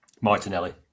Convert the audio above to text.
Martinelli